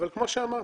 אבל כמו שאמרתי,